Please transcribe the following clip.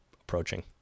approaching